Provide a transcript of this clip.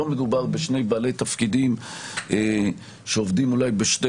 לא מדובר בשני בעלי תפקידים שעובדים אולי בשתי